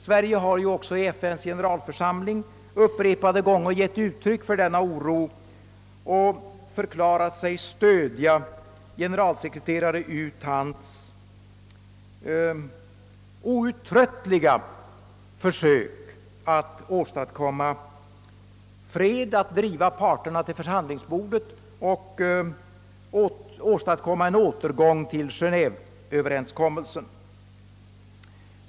Sverige har också i FN:s generalförsamling upprepade gånger givit uttryck för denna oro och förklarat sig vilja stödja generalsekreterare U Thants outtröttliga försök att åstadkomma fred, att driva parterna till förhandlingsbordet och att få till stånd en återgång till Geneveöverenskommelsen.